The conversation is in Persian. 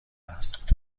است